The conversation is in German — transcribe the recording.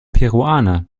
peruaner